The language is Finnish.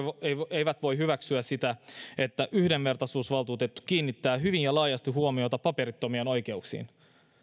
eivät eivät voi hyväksyä sitä että yhdenvertaisuusvaltuutettu kiinnittää hyvin laajasti huomiota paperittomien oikeuksiin